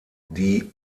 die